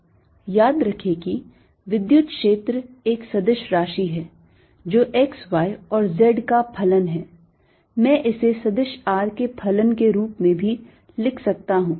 याद रखें कि विद्युत क्षेत्र एक सदिश राशि है जो x y और z का फलन है मैं इसे सदिश r के फलन के रूप में भी लिख सकता हूं